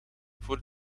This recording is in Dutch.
voor